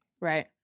Right